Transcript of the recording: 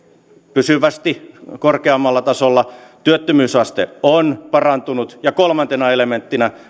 pysyvästi korkeammalla tasolla työttömyysaste on parantunut ja kolmantena elementtinä